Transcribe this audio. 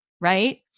right